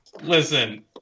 Listen